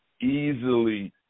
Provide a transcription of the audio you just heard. Easily